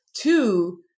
Two